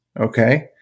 Okay